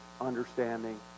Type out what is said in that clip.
understanding